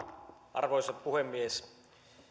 arvoisa puhemies